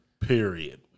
period